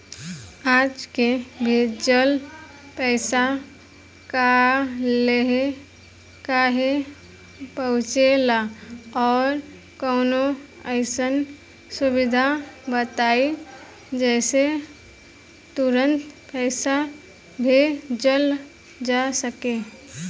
आज के भेजल पैसा कालहे काहे पहुचेला और कौनों अइसन सुविधा बताई जेसे तुरंते पैसा भेजल जा सके?